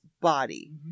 body